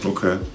Okay